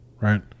right